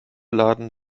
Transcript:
laden